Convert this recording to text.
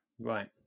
Right